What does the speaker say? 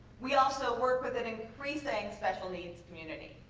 we also work with an increasing special-needs community.